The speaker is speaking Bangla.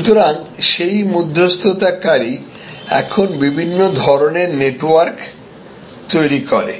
সুতরাং সেই মধ্যস্থতাকারী এখন বিভিন্ন ধরণের নেটওয়ার্ক তৈরি করে